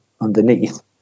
underneath